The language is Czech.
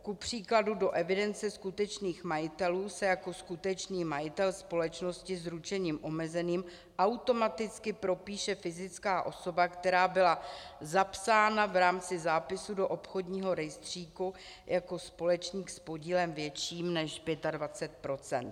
Kupříkladu do evidence skutečných majitelů se jako skutečný majitel společnosti s ručením omezeným automaticky propíše fyzická osoba, která byla zapsána v rámci zápisu do obchodního rejstříku jako společník s podílem větším než 25 %.